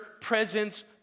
presence